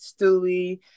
Stewie